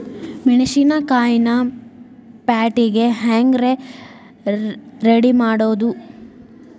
ಮೆಣಸಿನಕಾಯಿನ ಪ್ಯಾಟಿಗೆ ಹ್ಯಾಂಗ್ ರೇ ರೆಡಿಮಾಡೋದು?